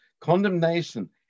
condemnation